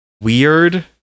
weird